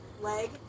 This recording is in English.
Leg